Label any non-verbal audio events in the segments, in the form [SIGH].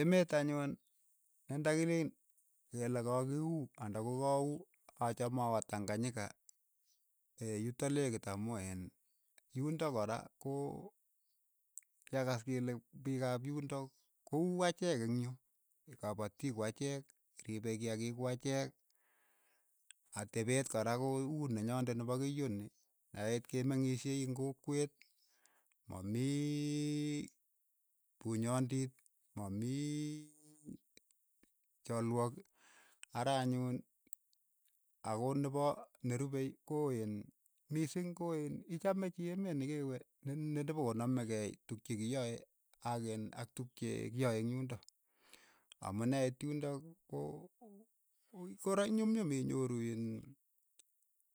Emeet anyun ne nda kileen ke le ka kiuu anda ko ka uu achame awa tanganyika yuto lekit amu iin yundok kora ko kyaakas kele piik ap yundok ko uu achek eng' yu, kapatik ku achek, riipe kiyaik ku achek, atepet kora ko uu nenyondet nepo keiyo ni yeit kemeng'ishei eng' kokwet ma miii punyondit, ma mii cholwook, ara anyuun ako nepo nerupei ko iin miising ko iin ichamei chii emeet ne kewe ne- ne ndo po ko namekei tuuk chi kiyae ak iin ak tuuk che kiyae eng' yundok, amu neit yundok ko- kora nyumnyum inyoru iin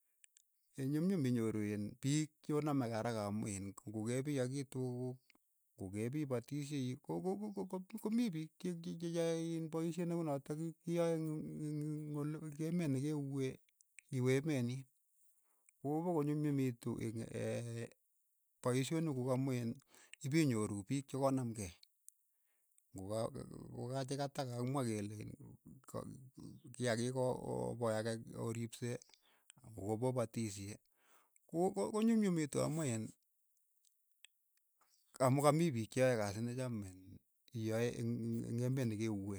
[HESITATION] nyumnyum inyoru iin piik cho namekei araka amu iin ko ngo ke piakii tuuk kuuk, ngo ke pi potishei ko- ko- ko ko mii piik che [UNINTELLIGIBLE] che yae iin paisheet ne unotok ki- ki kiyae [UNINTELLIGIBLE] emeet ne ke uee iwe emeet niin, ko po ko nyumnyumitu eng' [HESITATION] poishinik kuk amu iin ipinyoru piik cho ko naamkei, ngo ka- ka- kachekatak kakimwa kele [UNINTELLIGIBLE] kiakiik oo- o- o poyake o- oriipse o- opopatishe ko- ko nyumnyumitu amu iin amu ka mii piik che yae kasiit ne chom iin iyae eng' emeet ne ke uue.